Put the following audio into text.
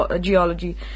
geology